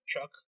Chuck